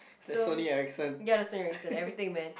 so ya the Sony Ericsson everything man